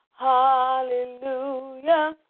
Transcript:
Hallelujah